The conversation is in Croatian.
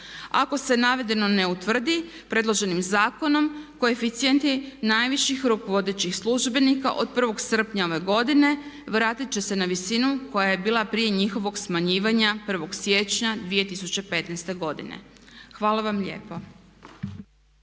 Ako se navedeno ne utvrdi predloženim zakonom koeficijenti najviših rukovodećih službenika od prvog srpnja ove godine vratit će se na visinu koja je bila prije njihovog smanjivanja 1.siječnja 2015.godine. Hvala vam lijepo.